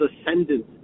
ascendant